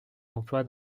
emploi